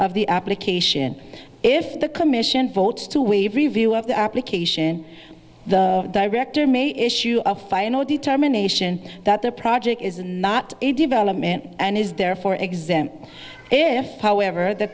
of the application if the commission votes to waive review of the application the director may issue a final determination that the project is not a development and is therefore exempt if however the